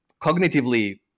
cognitively